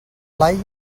blai